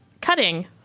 cutting